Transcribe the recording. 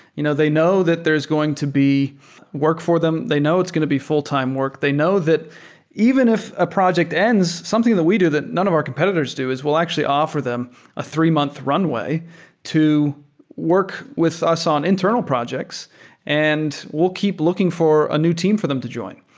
you know they know that there's going to be work for them. they know it's going to be full time work. they know that even if a project ends something that we do that none of our competitors do is we'll actually offer them a three-month runway to work with us on internal projects and we'll keep looking for a new team for them to join.